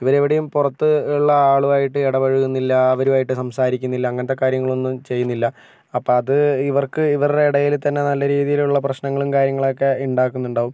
ഇവർ എവിടെയും പുറത്ത് ഉള്ള ആളുമായിട്ട് ഇടപഴുക്കുന്നില്ല അവരുമായിട്ട് സംസാരിക്കുന്നില്ല അങ്ങനത്തെ കാര്യങ്ങളൊന്നും ചെയ്യുന്നില്ല അപ്പം അത് ഇവർക്ക് ഇവരുടെ ഇടയിൽ തന്നെ നല്ല രീതിയിലുള്ള പ്രശ്നങ്ങളും കാര്യങ്ങളൊക്കെ ഉണ്ടാകുന്നുണ്ടാകും